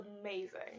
amazing